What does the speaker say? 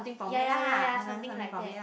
ya ya ya ya something like that